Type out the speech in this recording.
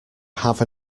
have